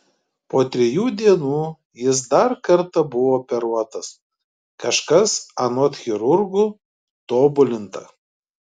po trijų dienų jis dar kartą buvo operuotas kažkas anot chirurgų tobulinta